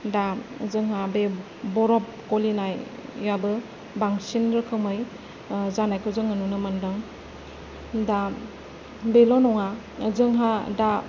दा जोंहा बे बरफ गलिनायाबो बांसिन रोखोमै जानायखौ जोङो नुनो मोनदों दा बेल' नङा जोंहा दा